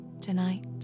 Tonight